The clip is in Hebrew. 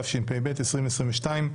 התשפ"ב 2022,